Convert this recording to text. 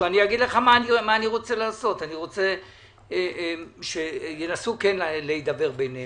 אני רוצה שינסו כן להידבר ביניהם.